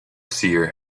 seer